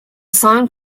song